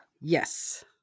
Yes